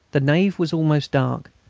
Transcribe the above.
the nave was almost dark.